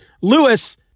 Lewis